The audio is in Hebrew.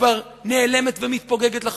כבר נעלמת ומתפוגגת לחלוטין.